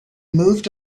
moved